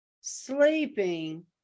sleeping